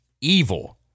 evil